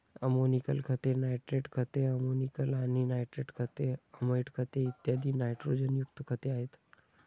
ammoniacal खते, nitrate खते, ammoniacal आणि नायट्रेट खते, अमाइड खते, इत्यादी नायट्रोजनयुक्त खते आहेत